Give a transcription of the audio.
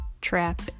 Trap